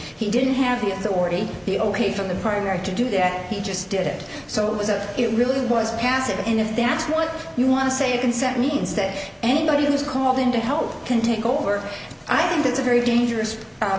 he didn't have the authority to be ok from the primary to do that he just did it so it was a it really was passive and if that's what you want to say a consent means that anybody who is called in to help can take over i think that's a very dangerous